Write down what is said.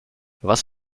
was